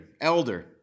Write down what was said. elder